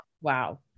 Wow